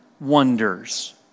wonders